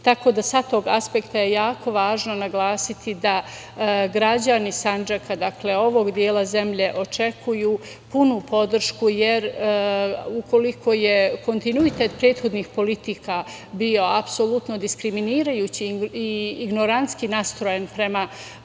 Tako da sa tog aspekta je jako važno naglasiti da građani Sandžaka, ovog dela zemlje očekuju punu podršku, jer ukoliko je kontinuitet prethodnih politika bio apsolutno diskriminirajući i ignorantski nastrojen prema